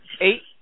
Eight